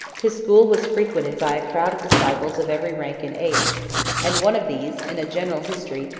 his school was frequented by a crowd of disciples of every rank and age and one of these, in a general history,